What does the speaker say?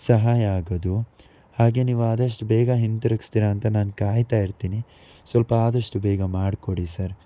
ಸಹಾಯ ಆಗೋದು ಹಾಗೇ ನೀವು ಆದಷ್ಟು ಬೇಗ ಹಿಂತಿರ್ಗಿಸ್ತೀರ ಅಂತ ನಾನು ಕಾಯ್ತಾ ಇರ್ತೀನಿ ಸ್ವಲ್ಪ ಆದಷ್ಟು ಬೇಗ ಮಾಡಿ ಕೊಡಿ ಸರ್